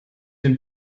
dem